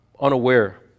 unaware